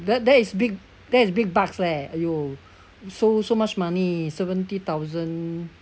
that that is big that is big bucks leh !aiyo! so so much money seventy thousand